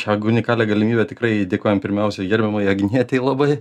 šią gunikalią galimybę tikrai dėkojam pirmiausiai gerbiamai agnietei labai